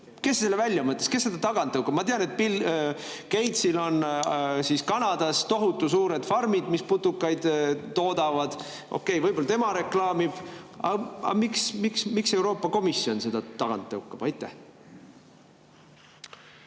Kes selle välja mõtles? Kes seda tagant tõukab? Ma tean, et Bill Gatesil on Kanadas tohutu suured farmid, mis putukaid toodavad. Okei, võib-olla tema reklaamib seda. Aga miks Euroopa Komisjon seda tagant tõukab? Aitäh!